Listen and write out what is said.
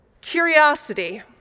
curiosity